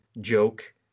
joke